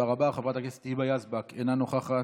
חברת הכנסת היבה יזבק, אינה נוכחת.